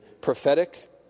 prophetic